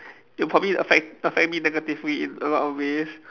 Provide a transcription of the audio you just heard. it would probably affect affect me negatively in a lot of ways